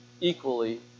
equally